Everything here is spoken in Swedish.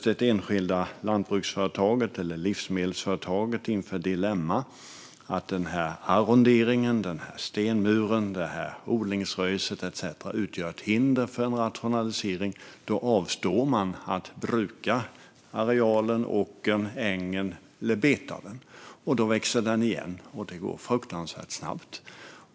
Det enskilda lantbruks eller livsmedelsföretaget ställs inför ett dilemma när en arrondering, en stenmur eller ett odlingsröse utgör ett hinder för en rationalisering. Följden blir att man avstår från att bruka arealen, åkern eller ängen, eller från att beta den. Då växer den igen, och det går fruktansvärt snabbt.